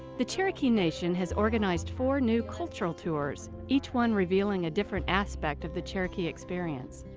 the cherokee nation has organized four new cultural tours each one revealing a different aspect of the cherokee experience.